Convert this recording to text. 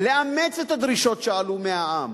לאמץ את הדרישות שעלו מהעם